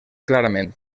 clarament